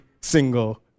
single